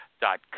dot